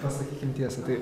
pasakykim tiesą tai